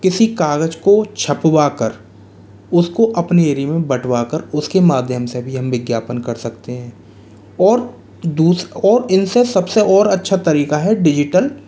किसी कागज़ को छपवाकर उसको अपने एरिये में बटवाकर उसके माध्यम से भी हम विज्ञापन कर सकते हैं और दूस और इनसे सबसे और अच्छा तरीका है डिज़िटल